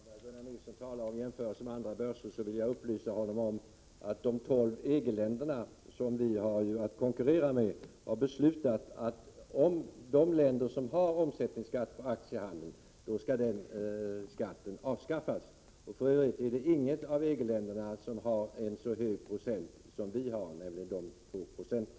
Herr talman! Eftersom Gunnar Nilsson gör jämförelser med andra börser vill jag upplysa honom om att de tolv EG-länderna, som vi har att konkurrera med, har beslutat att de länder som har omsättningsskatt på aktiehandel skall avskaffa den skatten. För övrigt är det inget av EG-länderna som har en så hög procent som Sverige, dvs. 2 9.